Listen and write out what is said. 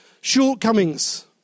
shortcomings